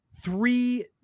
three